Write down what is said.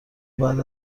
بعد